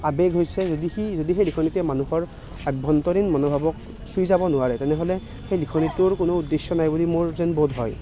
আৱেগ হৈছে আৱেগে যদিহে মানুহৰ আভ্যন্তৰীণ মনোভাৱক চুই যাব নোৱাৰে তেনেহ'লে সেই লিখনিটোৰ কোনো উদ্দেশ্য নাই বুলি মোৰ যেন বোধ হয়